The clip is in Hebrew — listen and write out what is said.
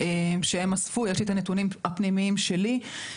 יש לי את הנתונים הפנימיים שלי.